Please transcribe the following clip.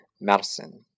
madison